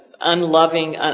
unloving